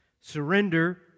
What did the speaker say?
Surrender